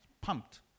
Pumped